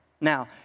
Now